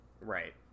Right